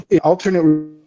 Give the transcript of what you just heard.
alternate